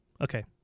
okay